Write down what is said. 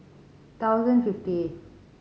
thousand fifty eight